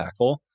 impactful